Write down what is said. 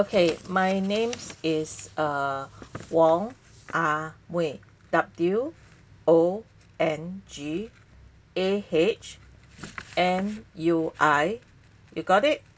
okay my name's is err Wong Ah Mui W O N G A H M U I you got it